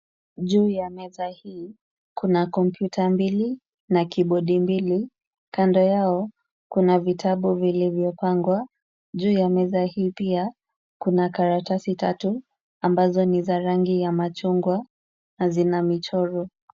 Juu ya meza hii, kuna kompyuta mbili na kibodi mbili, Kando yao, kuna vitabu vilivyopangwa juu ya meza hii pia. Kuna karatasi tatu ambazo ni za rangi ya machungwa na zina michoro.